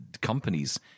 companies